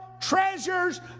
treasures